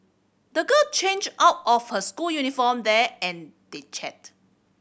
the girl changed out of her school uniform there and they chatted